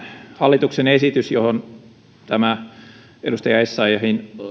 hallituksen esitys johon edustaja essayahin